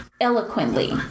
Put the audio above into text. eloquently